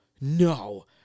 no